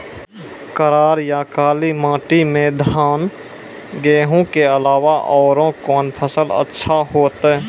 करार या काली माटी म धान, गेहूँ के अलावा औरो कोन फसल अचछा होतै?